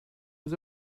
was